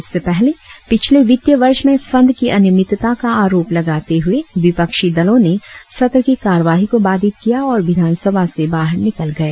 इससे पहले पिछले वित्तीय वर्ष में फंड की अनियमितता का आरोप लगाते हुए विपक्षी दलों ने सत्र की कार्यवाही को बाधित किया और से बाहर निकल गए